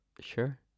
sure